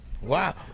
Wow